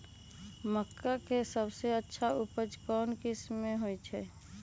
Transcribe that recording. मक्का के सबसे अच्छा उपज कौन किस्म के होअ ह?